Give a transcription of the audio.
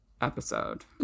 episode